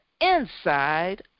Inside